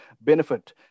benefit